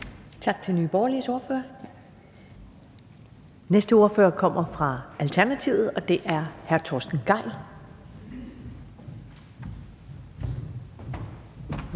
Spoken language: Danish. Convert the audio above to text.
Tak til Nye Borgerliges ordfører. Den næste ordfører kommer fra Alternativet, og det er hr. Torsten Gejl.